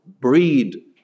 breed